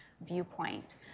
viewpoint